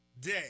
day